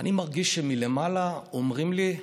אני מרגיש שמלמעלה אומרים לי: